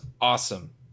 awesome